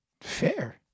fair